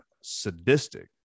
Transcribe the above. sadistic